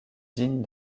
digne